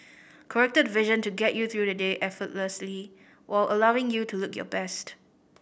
corrected vision to get you through the day effortlessly while allowing you to look your best